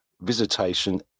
visitation